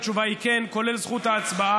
התשובה היא: כן, כולל זכות ההצבעה,